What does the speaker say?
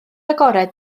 agored